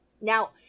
now